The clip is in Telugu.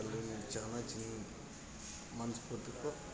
వాళ్ళని చాలా చి మనస్ఫూర్తితో